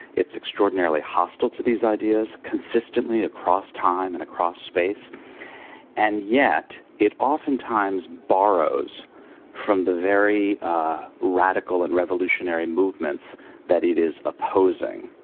it's extraordinarily hostile to these ideas consistently across time and across space and yet it oftentimes borrows from the very radical and revolutionary movements that it is opposing.